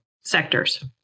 sectors